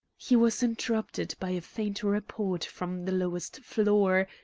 he was interrupted by a faint report from the lowest floor,